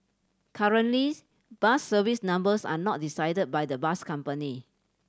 currently bus service numbers are not decided by the bus company